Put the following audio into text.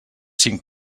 cinc